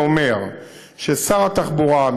שאומר ששר התחבורה,